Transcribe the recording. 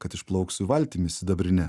kad išplauksiu valtimi sidabrine